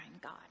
God